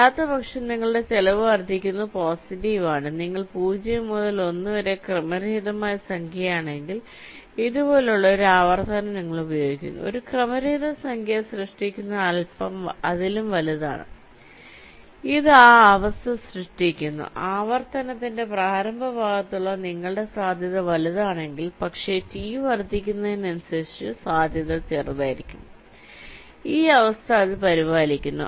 അല്ലാത്തപക്ഷം നിങ്ങളുടെ ചെലവ് വർദ്ധിക്കുന്നത് പോസിറ്റീവ് ആണ് നിങ്ങൾ 0 മുതൽ 1 വരെയുള്ള ക്രമരഹിത സംഖ്യയാണെങ്കിൽ ഇതുപോലുള്ള ഒരു പ്രവർത്തനം നിങ്ങൾ ഉപയോഗിക്കുന്നു ഒരു ക്രമരഹിത സംഖ്യ സൃഷ്ടിക്കുന്നത് അതിലും വലുതാണ് ഇത് ആ അവസ്ഥ സൃഷ്ടിക്കുന്നു ആവർത്തനത്തിന്റെ പ്രാരംഭ ഭാഗത്തേക്കുള്ള നിങ്ങളുടെ സാധ്യത വലുതാണെങ്കിൽ പക്ഷേ ടി വർദ്ധിക്കുന്നതിനനുസരിച്ച് സാധ്യത ചെറുതായിരിക്കും ഈ അവസ്ഥ അത് പരിപാലിക്കുന്നു